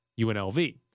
UNLV